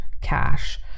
cash